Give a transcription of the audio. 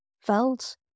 felt